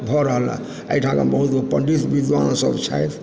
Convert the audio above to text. भऽ रहल हँ एहिठामके पण्डित बहुत विद्वान सब छथि